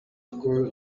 school